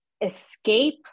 escape